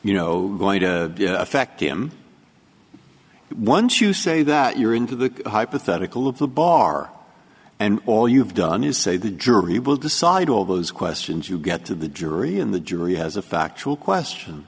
you know going to affect him once you say that you're into the hypothetical of the bar and all you've done is say the jury will decide all those questions you get to the jury in the jury has a factual question